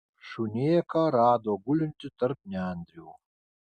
šunėką rado gulintį tarp nendrių